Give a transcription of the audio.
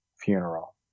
funeral